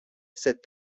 sait